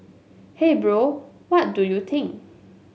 hey Bro what do you think